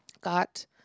got